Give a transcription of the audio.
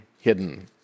hidden